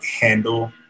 handle